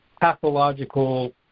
pathological